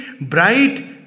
Bright